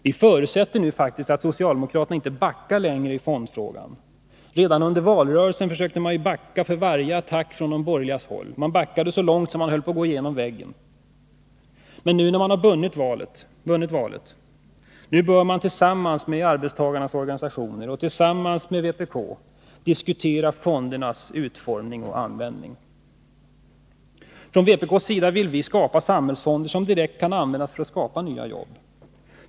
Vi förutsätter nu faktiskt att socialdemokraterna inte backar längre i fondfrågan. Redan under valrörelsen försökte de ju backa för varje attack från de borgerligas håll. De backade så långt att de höll på att gå igenom väggen. Men nu, när socialdemokraterna har vunnit valet, bör de tillsammans med arbetstagarorganisationerna och tillsammans med vpk diskutera fondernas utformning och användning. Från vpk:s sida vill vi skapa samhällsfonder, som direkt kan användas för att åstadkomma nya jobb.